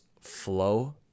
flow